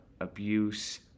abuse